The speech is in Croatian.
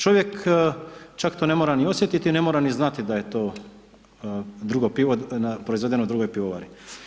Čovjek čak to ne mora niti osjetiti, ne mora niti znati da je to drugo pivo proizvedeno u drugoj pivovari.